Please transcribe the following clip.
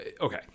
okay